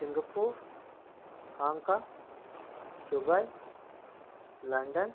Singapore Hong Kong Dubai London